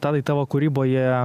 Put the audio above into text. tadai tavo kūryboje